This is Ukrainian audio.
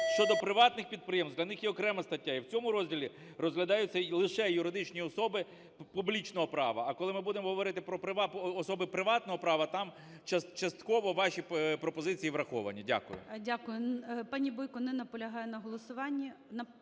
Щодо приватних підприємств, для них є окрема стаття, і в цьому розділі розглядаються лише юридичні особи публічного права. А коли ми будемо говорити про права особи приватного права, там частково ваші пропозиції враховані. Дякую.